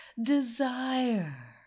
Desire